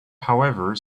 however